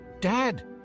Dad